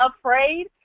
afraid